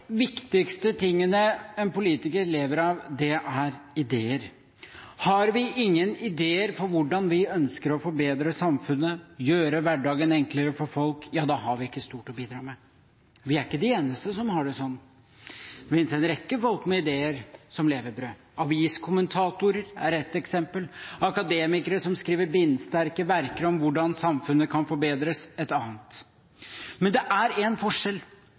viktigste tingene en politiker lever av, er ideer. Har vi ingen ideer for hvordan vi ønsker å forbedre samfunnet, gjøre hverdagen enklere for folk, da har vi ikke stort å bidra med. Vi er ikke de eneste som har det sånn. Det finnes en rekke folk som har ideer som levebrød – aviskommentatorer er ett eksempel, akademikere som skriver bindsterke verker om hvordan samfunnet kan forbedres, er et annet eksempel. Men det er en forskjell